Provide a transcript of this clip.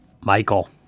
Michael